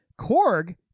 Korg